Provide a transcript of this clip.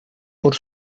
por